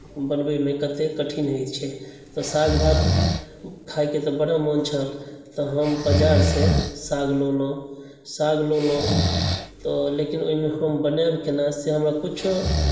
बनबयमे कतेक कठिन होइत छै साग भात खायके तऽ बड़ा मोन छल तऽ हम बजारसँ साग लओलहुँ साग लेलहुँ तऽ लेकिन एहिमे हम बनाएब केना से हमरा किछो